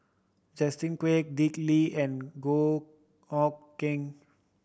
Justin Quek Dick Lee and Goh Hood Keng